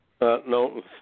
No